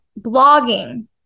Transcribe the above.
blogging